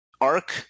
arc